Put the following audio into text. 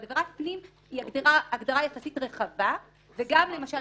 עבירת פנים היא הגדרה יחסית רחבה, וגם למשל